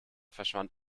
verschwand